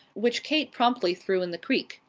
which kate promptly threw in the creek.